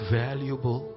valuable